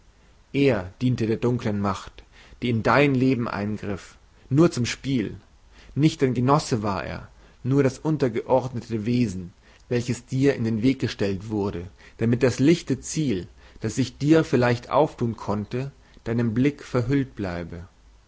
er diente der dunkeln macht die in dein leben eingriff nur zum spiel nicht dein genösse war er nur das untergeordnete wesen welches dir in den weg gestellt wurde damit das lichte ziel das sich dir vielleicht auftun konnte deinem blick verhüllt bleibe